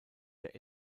der